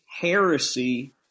heresy